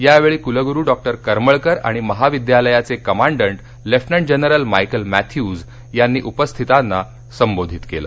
यावेळी कुलगुरू डॉक्टर करमळकर आणि महाविद्यालाचे commandant lieutenant general Michael Matthews आणि यांनी उपस्थितांना संबोधित केलं